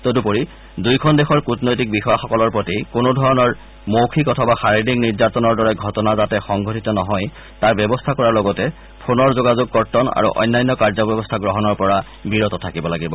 তদুপৰি দুয়োখন দেশৰ কৃটনৈতিক বিষয়াসকলৰ প্ৰতি কোনোধৰণৰ মৌখিক অথবা শাৰিৰীক নিৰ্যাতনৰ দৰে ঘটনা প্ৰতিৰোধ কৰাৰ লগতে ফোনৰ যোগাযোগ কৰ্তন আৰু অন্যান্য কাৰ্যব্যৱস্থা গ্ৰহণৰ পৰা বিৰত থাকিব লাগিব